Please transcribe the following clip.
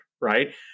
right